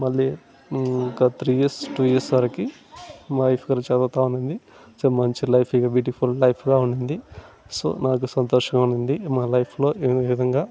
మళ్ళీ ఇంక three years two years వరకు నా లైఫ్ గురించి అడుగుతూ ఉండింది సో మంచి లైఫ్ ఇక బ్యూటిఫుల్ లైఫ్గా ఉండింది సో నాకు సంతోషంగా ఉండింది మా లైఫ్లో ఏ విధంగా